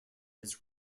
his